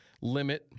limit